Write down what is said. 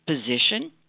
position